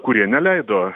kurie neleido